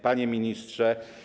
Panie Ministrze!